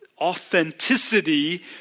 authenticity